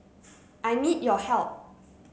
I need your help